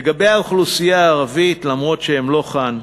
לגבי האוכלוסייה הערבית, אף שהם לא כאן,